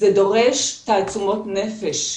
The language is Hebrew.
זה דורש תעצומות נפש.